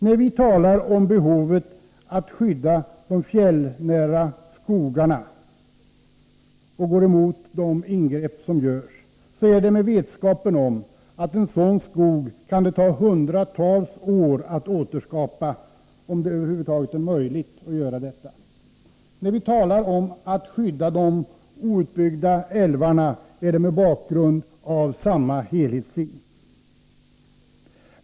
När vi talar om behovet av skydd för de fjällnära skogarna och går emot de ingrepp som görs är det med vetskapen om att det kan ta hundratals år att återskapa en sådan skog — om det över huvud taget är möjligt. När vi talar om att skydda de outbyggda älvarna är det mot bakgrund av samma helhetssyn.